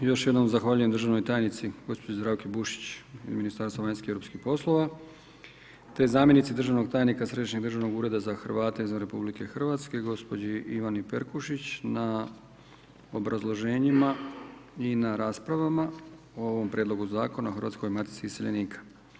Još jednom zahvaljujem državnoj tajnici gospođi Zdravki Bušić iz Ministarstva vanjski i europskih poslova, te zamjenici državnog tajnika Središnjeg državnog ureda za Hrvate izvan RH gospođi Ivani Perkušić na obrazloženjima i na raspravama o ovom Prijedlogu Zakona o Hrvatskoj matici iseljenika.